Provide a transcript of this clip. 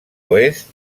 oest